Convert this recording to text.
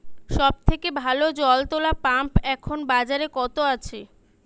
সব থেকে ভালো জল তোলা পাম্প এখন বাজারে কত আছে?